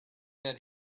that